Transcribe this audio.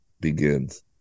begins